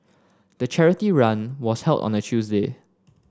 the charity run was held on a Tuesday